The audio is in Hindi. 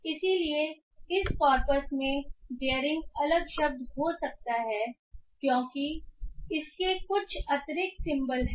इसलिए इस कॉरपस में डेरिंग अलग शब्द हो सकता है क्योंकि इसके कुछ अतिरिक्त सिंबल हैं